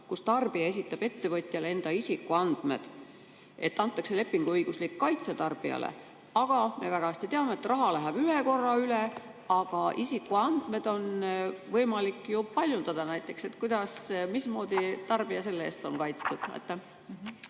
kus tarbija esitab ettevõtjale enda isikuandmed. Nii antakse lepinguõiguslik kaitse tarbijale. Aga me väga hästi teame, et raha läheb ühe korra üle, aga isikuandmeid on võimalik ka paljundada. Kuidas, mismoodi tarbija selle eest on kaitstud?